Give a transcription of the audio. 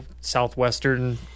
Southwestern